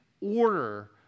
order